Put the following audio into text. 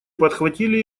подхватили